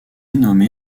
nommé